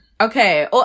Okay